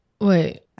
Wait